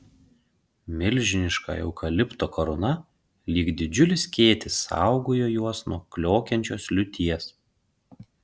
milžiniška eukalipto karūna lyg didžiulis skėtis saugojo juos nuo kliokiančios liūties